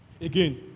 Again